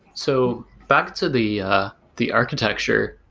so back to the the architecture,